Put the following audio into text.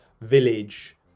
village